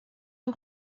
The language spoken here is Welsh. nhw